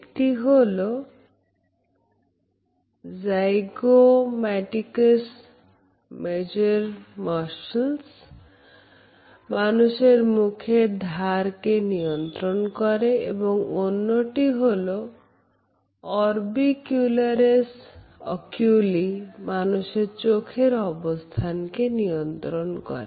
একটি হল zygomaticus major muscles মানুষের মুখের ধার কে নিয়ন্ত্রণ করে এবং অন্যটি হলো orbicularis oculi মানুষের চোখের অবস্থান কে নিয়ন্ত্রণ করে